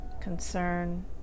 concern